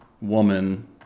woman